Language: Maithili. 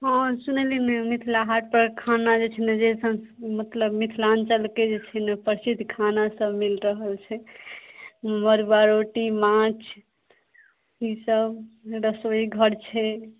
हँ सुनलिए हँ मिथिला हाटपर खाना जे छै ने जे मतलब मिथिलाञ्चलके जे छै ने प्रसिद्ध खानासब मिलि रहल छै मड़ुआ रोटी माछ ईसब रसोइघर छै